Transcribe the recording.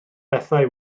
bethau